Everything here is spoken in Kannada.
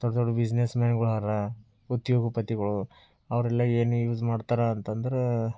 ದೊಡ್ಡ ದೊಡ್ಡ ಬಿಸ್ನೆಸ್ ಮ್ಯಾನ್ಗಳು ಅರಾ ಉದ್ಯೋಗಪತಿಗಳು ಅವರೆಲ್ಲ ಏನು ಯೂಸ್ ಮಾಡ್ತಾರೆ ಅಂತ ಅಂದ್ರೆ